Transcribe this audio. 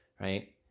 Right